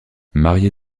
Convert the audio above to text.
mariée